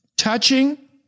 Touching